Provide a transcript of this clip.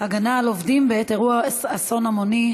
הגנה על עובדים בעת אירוע אסון המוני,